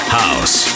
house